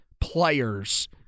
players